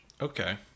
Okay